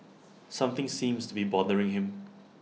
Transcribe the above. something seems to be bothering him